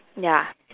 ya